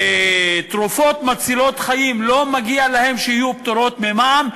תרופות מצילות חיים לא מגיע שיהיו פטורות ממע"מ?